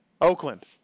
Oakland